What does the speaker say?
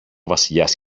βασιλιάς